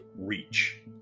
reach